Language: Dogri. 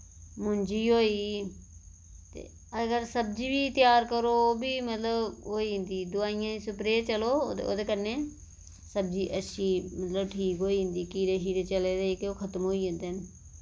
मुंजी होई गेई ते अज्जकल सब्जी बी त्यार करो ओह् बी मतलब होई जंदी दोआइयें स्प्रे चलो ओह्दे कन्नै सब्जी अच्छी मतलब ठीक होई जंदी कीड़े शिड़े चले दे जेह्के ओह् खत्म होई जन्दे न